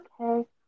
Okay